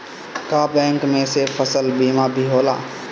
का बैंक में से फसल बीमा भी होला?